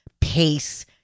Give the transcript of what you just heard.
pace